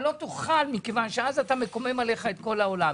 לא תוכל כי אז אתה מקומם עליך את כל העולם.